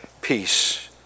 peace